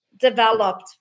developed